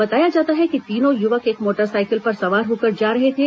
बताया जाता है कि तीनो युवक एक मोटरसाइकिल पर सवार होकर जा रहे थे